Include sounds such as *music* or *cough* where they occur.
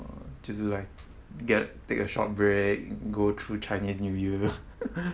oh 就是 like get take a short break go through chinese new year *laughs*